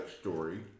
story